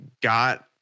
Got